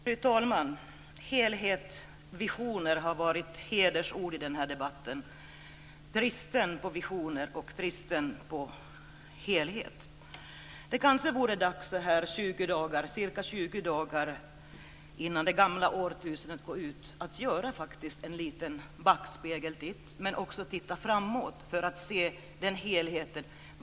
Fru talman! Helhet och visioner har varit hedersord i denna debatt - bristen på visioner och bristen på helhet. Det kanske vore dags att så här ca 20 dagar innan det gamla årtusendet går ut göra en liten backspegeltitt, men också titta framåt för att se helheten.